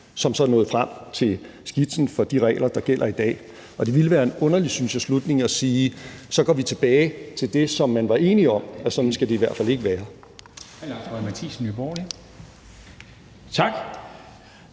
og de nåede så frem til skitsen for de regler, der gælder i dag, og det ville være en underlig slutning, synes jeg, at sige, at så går vi tilbage til det, som man var enige om det i hvert fald ikke